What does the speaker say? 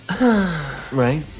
Right